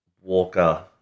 Walker